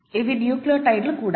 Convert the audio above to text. ఇవి న్యూక్లియోటైడ్లు కూడా